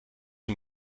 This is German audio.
sie